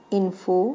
info